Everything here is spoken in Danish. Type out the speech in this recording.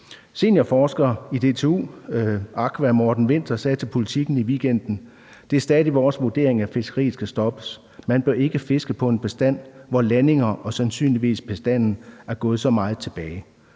Seniorforsker i DTU Aqua Morten Vinther sagde til Politiken i weekenden: »Det er stadig vores vurdering, at fiskeriet skal stoppes. Man bør ikke fiske på en bestand, hvor landinger og sandsynligvis bestand er gået så meget tilbage.«